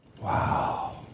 Wow